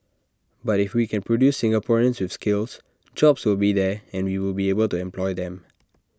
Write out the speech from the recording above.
but if we can produce Singaporeans with skills jobs will be there and we will be able to employ them